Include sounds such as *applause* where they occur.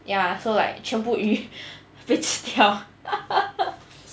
ya so like 全部鱼被吃掉 *laughs*